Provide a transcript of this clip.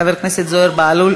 חבר הכנסת זוהיר בהלול,